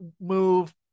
move